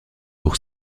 pour